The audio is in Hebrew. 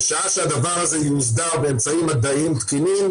בשעה שהדבר הזה יוסדר באמצעים מדעיים תקינים